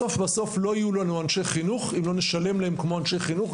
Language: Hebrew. בסוף-בסוף לא יהיו לנו אנשי חינוך אם לא נשלם להם כמו אנשי חינוך,